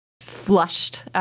flushed